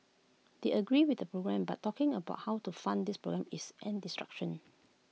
they agree with the programmes but talking about how to fund these programmes is an distraction